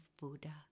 Buddha